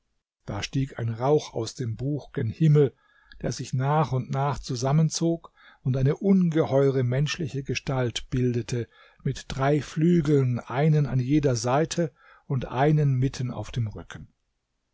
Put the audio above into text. da stieg ein rauch aus dem buch gen himmel der sich nach und nach zusammenzog und eine ungeheure menschliche gestalt bildete mit drei flügeln einen an jeder seite und einen mitten auf dem rücken